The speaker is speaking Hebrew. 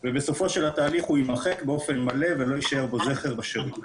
ובסופו של התהליך הוא יימחק באופן מלא ולא יישאר ממנו זכר בשירות.